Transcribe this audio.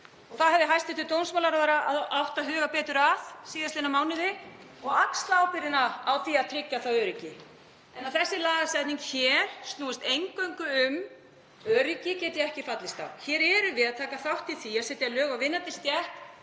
Því hefði hæstv. dómsmálaráðherra átt að huga betur að síðastliðna mánuði og axla ábyrgðina á því að tryggja það öryggi. Að þessi lagasetning hér snúist eingöngu um öryggi get ég ekki fallist á. Við erum að taka þátt í því að setja lög á vinnandi stétt